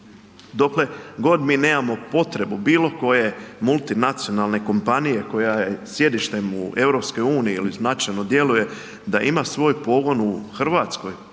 Dokle god mi nemamo potrebu bilo koje multinacionalne kompanije koja je sjedištem u EU ili značajno djeluje, da ima svoj pogon u Hrvatskoj